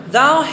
Thou